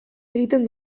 egiten